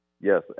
Yes